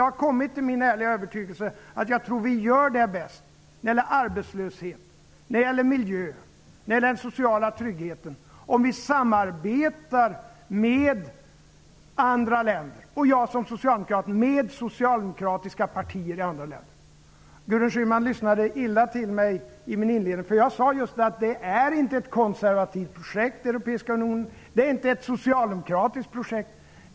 Jag har kommit till den ärliga övertygelsen att vi gör det bäst om vi samarbetar med andra länder -- och om jag som socialdemokrat samarbetar med socialdemokratiska partier i andra länder -- när det gäller arbetslöshet, när det gäller miljö och när det gäller den sociala tryggheten. Gudrun Schyman lyssnade illa till min inledning. Jag sade just att den europeiska unionen inte är ett konservativt projekt, och den är inte ett socialdemokratiskt projekt.